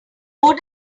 road